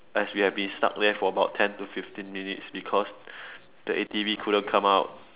as we have been stuck there for about ten to fifteen minutes because the A_T_V couldn't come out